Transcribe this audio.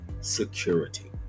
security